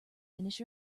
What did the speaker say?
finish